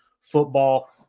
football